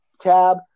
tab